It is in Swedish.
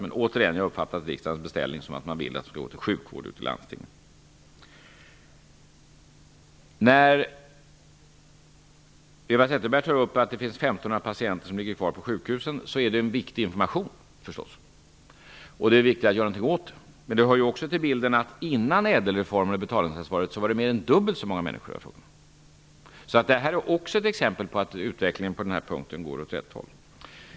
Men återigen, jag har uppfattat riksdagens beställning som att man vill att de skall gå till sjukvård ute i landstingen. När Eva Zetterberg tar upp att 1 500 patienter ligger kvar på sjukhusen så är detta en viktig information, och det är viktigt att göra någonting åt saken. Men det hör också till bilden att före ÄDEL reformen och betalningsansvaret så gällde det mer än dubbelt så många människor. Detta är också ett exempel på att utvecklingen på den här punkten går åt rätt håll.